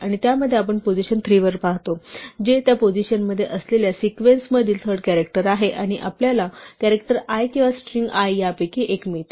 आणि त्यामध्ये आपण पोझिशन 3 वर पाहतो जे त्या पोझिशन मध्ये असलेल्या सिक्वेन्स मधील थर्ड कॅरॅक्टर आहे आणि आपल्याला कॅरॅक्टर l किंवा स्ट्रिंग l यापैकी एक मिळते